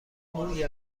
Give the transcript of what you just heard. موی